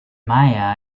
mayor